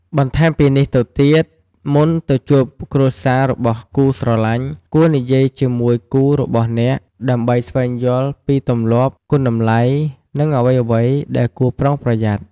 បន្តែមពីនេះទៅទៀត មុនទៅជួបគ្រួសាររបស់គូស្រលាញ់ គួរនិយាយជាមួយគូរបស់អ្នកដើម្បីស្វែងយល់ពីទំលាប់ គុណតម្លៃ និងអ្វីៗដែលគួរប្រុងប្រយ័ត្ន។